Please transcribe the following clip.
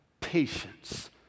patience